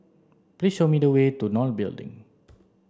please show me the way to not Building